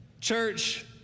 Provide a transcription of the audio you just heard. Church